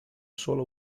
sola